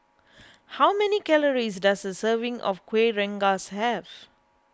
how many calories does a serving of Kuih Rengas have